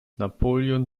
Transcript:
napoleon